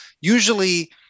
usually